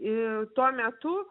tuo metu